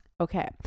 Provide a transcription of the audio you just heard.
okay